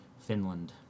Finland